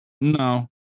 No